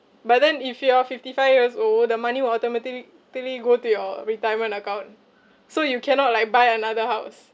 but then if you are fifty five years old the money will automatically go to your retirement account so you cannot like buy another house